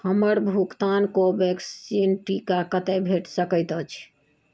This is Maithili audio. हमर भुगतान कोवेक्सिन टीका कतय भेट सकैत अछि